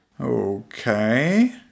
Okay